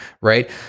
right